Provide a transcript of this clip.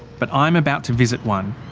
but i'm about to visit one.